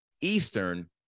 eastern